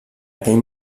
aquell